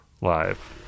live